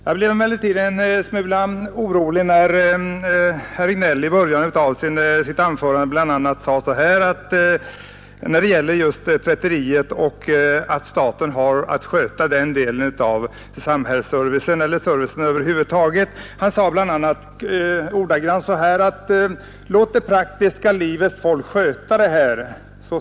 Jag blev emellertid en smula orolig över vad herr Regnéll i början av sitt anförande sade beträffande tvätteriet och statens uppgifter i det sammanhanget. Han sade bl.a. klart och tydligt: Låt det praktiska livets folk sköta det här.